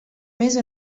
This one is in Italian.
mese